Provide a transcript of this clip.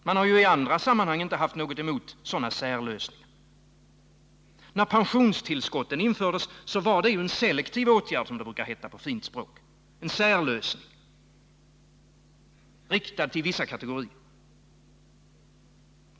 Man har ju i andra sammanhang inte haft något emot sådana särlösningar. När pensionstillskotten infördes var det en selektiv åtgärd, som det brukar heta på fint språk — en särlösning, riktad till vissa kategorier.